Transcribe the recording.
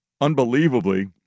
unbelievably